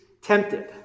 tempted